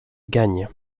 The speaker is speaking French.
gagne